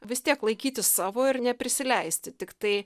vis tiek laikytis savo ir neprisileisti tiktai